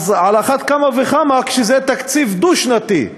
על אחת כמה וכמה כשזה תקציב דו-שנתי,